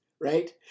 right